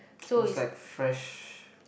was like fresh